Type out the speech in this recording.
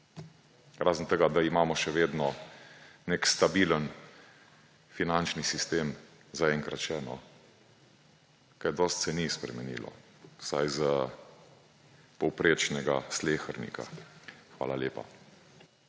Razen tega, da imamo še vedno nek stabilen finančni sistem ‒ zaenkrat še. Kaj dosti se ni spremenilo, vsaj za povprečnega slehernika. Hvala lepa.